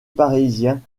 parisiens